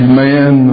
man